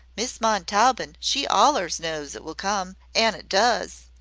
miss montaubyn she allers knows it will come an' it does.